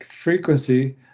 frequency